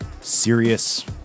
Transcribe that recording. serious